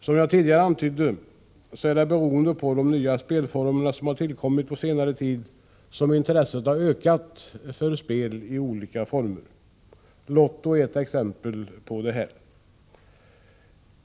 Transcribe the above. Som jag tidigare antydde har de nya spelformer som tillkommit på senare tid ökat intresset för spel i olika former. Lotto är ett exempel på detta.